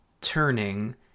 turning